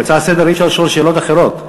בהצעה לסדר-היום אי-אפשר לשאול שאלות אחרות.